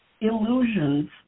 illusions